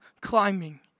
Climbing